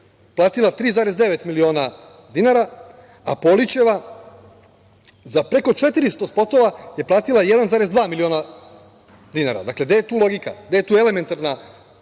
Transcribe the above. platila 3,9 miliona dinara, a Polićeva za preko 400 spotova je platila 1,2 miliona dinara. Dakle, gde je tu logika, gde je tu elementarna